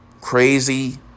Crazy